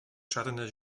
czarne